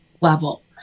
level